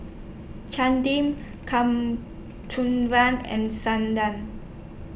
Chandi and